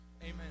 Amen